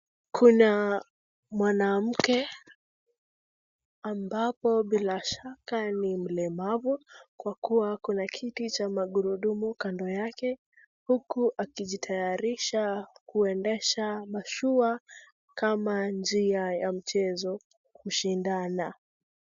Kuna mwanamke ambapo bila shaka ni mlemavu, kwa kuwa ako na kiti cha magurundumu kando yake, huku akijitayarisha kuendesha mashua kama njia ya mchezo kushindana.